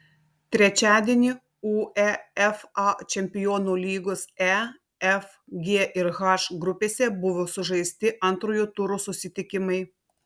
trečiadienį uefa čempionų lygos e f g ir h grupėse buvo sužaisti antrojo turo susitikimai